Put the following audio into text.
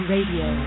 Radio